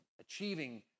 achieving